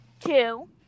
Two